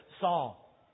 Saul